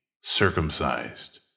circumcised